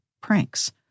pranks